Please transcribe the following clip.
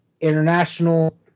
International